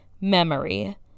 Memory